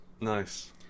Nice